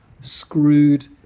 screwed